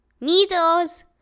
Measles